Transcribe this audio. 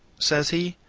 says he.